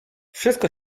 wszystko